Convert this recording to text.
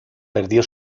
perdió